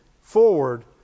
forward